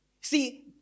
See